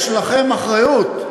יש לכם אחריות.